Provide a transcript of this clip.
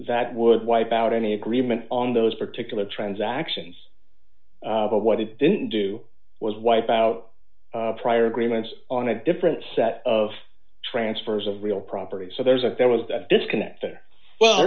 that would wipe out any agreement on those particular transactions but what it didn't do was wipe out prior agreements on a different set of transfers of real property so there's a there was that disconnect that well